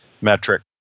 metric